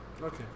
Okay